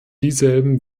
dieselben